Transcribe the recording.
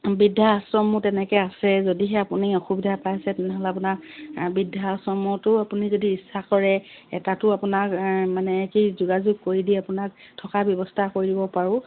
বৃদ্ধা আশ্ৰমো তেনেকৈ আছে যদিহে আপুনি অসুবিধা পাইছে তেনেহ'লে আপোনাক বৃদ্ধা আশ্ৰমতো আপুনি যদি ইচ্ছা কৰে এটাতো আপোনাক মানে কি যোগাযোগ কৰি দি আপোনাক থকাৰ ব্যৱস্থা কৰি দিব পাৰোঁ